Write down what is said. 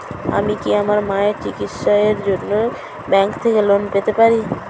আমি কি আমার মায়ের চিকিত্সায়ের জন্য ব্যঙ্ক থেকে লোন পেতে পারি?